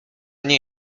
nie